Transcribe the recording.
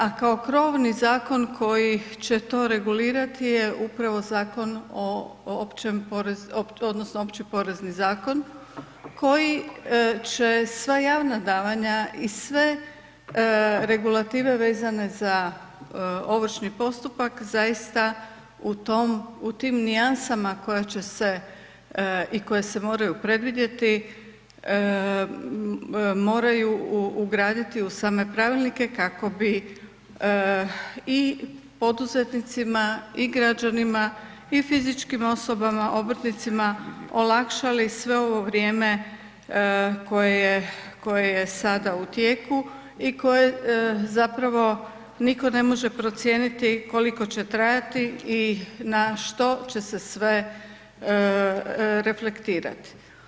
A kao krovni zakon koji će to regulirati je upravo Zakon o općem poreznom odnosno Opći porezni zakon koji će sva javna davanja i sve regulative vezane za ovršni postupak zaista u tom, u tim nijansama koje će se i koje se moraju predvidjeti moraju ugraditi u same pravilnike kako bi i poduzetnicima i građanima i fizičkim osobama obrtnicima olakšali sve ovo vrijeme koje je, koje je sada u tijeku i koje zapravo niko ne može procijeniti koliko će trajati i na što će se sve reflektirat.